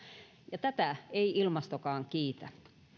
ja tätä ei ilmastokaan kiitä